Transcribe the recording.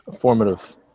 formative